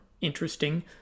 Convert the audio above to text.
interesting